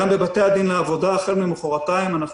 גם בבתי הדין לעבודה החל ממוחרתיים אנחנו